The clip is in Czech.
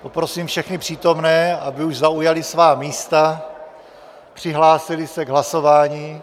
Poprosím všechny přítomné, aby už zaujali svá místa, přihlásili se k hlasování.